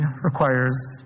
requires